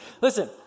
Listen